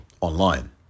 online